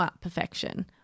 perfection